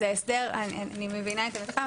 אני מבינה את הערתך,